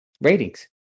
ratings